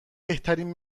بهترین